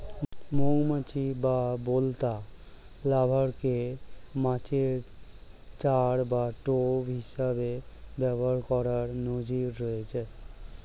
মৌমাছি বা বোলতার লার্ভাকে মাছের চার বা টোপ হিসেবে ব্যবহার করার নজির রয়েছে